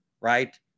right